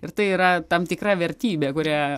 ir tai yra tam tikra vertybė kurią